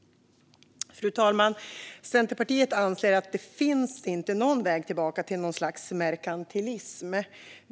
Fru talman! Centerpartiet anser att det inte finns någon väg tillbaka till något slags merkantilism.